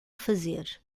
fazer